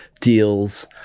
deals